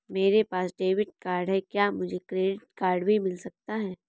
मेरे पास debit card है क्या मुझे क्रेडिट कार्ड भी मिल सकता है?